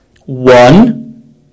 One